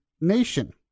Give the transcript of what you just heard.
nation